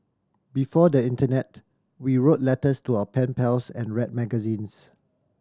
before the internet we wrote letters to our pen pals and read magazines